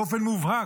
תלוי באופן מובהק